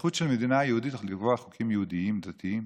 והזכות של מדינה יהודית לקבוע חוקים יהודיים דתיים.